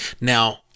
Now